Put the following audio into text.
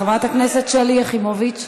חברת הכנסת שלי יחימוביץ,